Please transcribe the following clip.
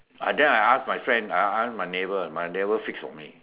I then I ask my friend I ask my neighbour my neighbour fix for me